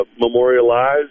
memorialized